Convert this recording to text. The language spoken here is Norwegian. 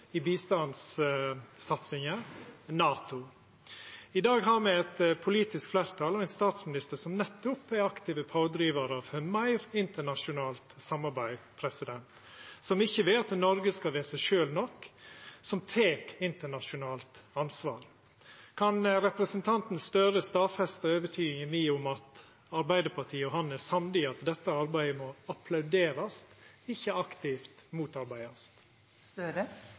bistandssatsinga, til NATO. I dag har me eit politisk fleirtal og ein statsminister som nettopp er aktive pådrivarar for meir internasjonalt samarbeid, som ikkje vil at Noreg skal vera seg sjølv nok, som tek internasjonalt ansvar. Kan representanten Gahr Støre stadfesta overtydinga mi om at Arbeidarpartiet og han er samde i at dette arbeidet må applauderast, ikkje aktivt